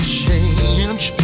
change